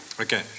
Okay